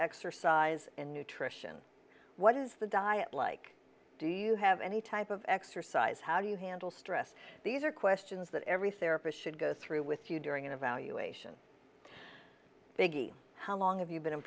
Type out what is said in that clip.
exercise in nutrition what is the diet like do you have any type of exercise how do you handle stress these are questions that every serapis should go through with you during an evaluation biggie how long have you been in